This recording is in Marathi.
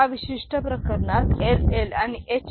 या विशिष्ट प्रकरणात LL आणि HH